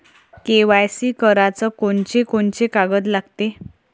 KYC कराच कोनचे कोनचे कागद लागते?